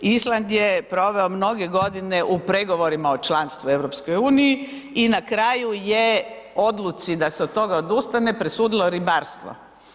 Island je proveo mnoge godine u pregovorima u članstvu u EU-u i na kraju je odluci da se od toga odustane, presudilo ribarstvo.